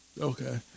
Okay